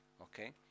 okay